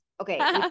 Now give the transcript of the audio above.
Okay